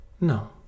No